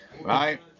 right